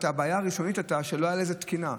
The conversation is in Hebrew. הבעיה הראשונית הייתה שלא הייתה לזה תקינה.